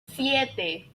siete